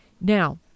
now